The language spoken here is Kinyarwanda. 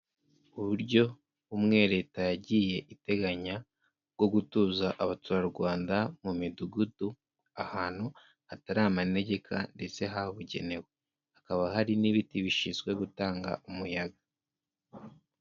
Uburyo bumwe leta yagiye iteganya bwo gutuza abaturarwanda mu midugudu, ahantu hatarari amanegeka ndetse habugenewe. Hakaba hari n'ibiti bishinzwe gutanga umuyaga.